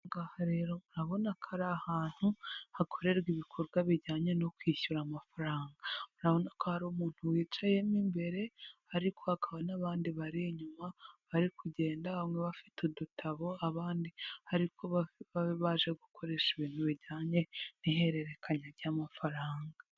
Aha ngaha rero murabona ko ari ahantu hakorerwa ibikorwa bijyanye no kwishyura amafaranga. Murabona ko hari umuntu wicayemo imbere, ariko hakaba n'abandi bari inyuma bari kugenda, bamwe bafite udutabo, abandi ariko baba baje gukoresha ibintu bijyanye n'ihererekanya ry'amafaranga.